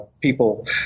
People